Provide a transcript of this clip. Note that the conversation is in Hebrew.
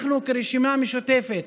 אנחנו כרשימה המשותפת